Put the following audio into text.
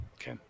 Okay